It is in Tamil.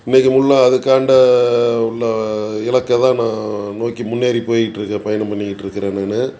இன்றைக்கு உள்ள அதுக்காண்ட உள்ள இலக்கை தான் நான் நோக்கி முன்னேறி போயிகிட்டுருக்கேன் பயணம் பண்ணிக்கிட்டிருக்குறேன் நான்